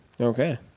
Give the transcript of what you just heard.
Okay